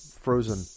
frozen